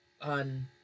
on